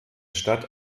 stadt